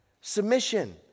submission